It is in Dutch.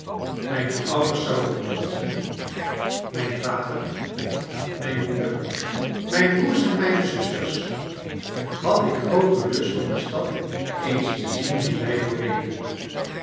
mijne ouders zou omhelzen mijn vader mijne moeder mijne broers en mijne zusters had ik grooten lust om de stad eens te zien die wij doorreden